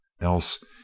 else